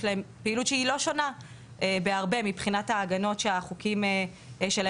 להם פעילות שהיא לא שונה בהרבה מבחינת ההגנות שהחוקים שלהם